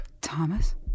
Thomas